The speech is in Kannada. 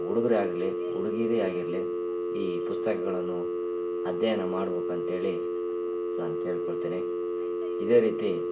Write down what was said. ಹುಡುಗರಾಗಲಿ ಹುಡುಗಿಯರೆ ಆಗಿರಲಿ ಈ ಪುಸ್ತಕಗಳನ್ನು ಅಧ್ಯಯನ ಮಾಡ್ಬೇಕು ಅಂತ್ಹೇಳಿ ನಾನು ಕೇಳ್ಕೊಳ್ತೇನೆ ಇದೇ ರೀತಿ